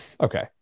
okay